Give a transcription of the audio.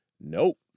Nope